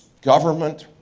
government,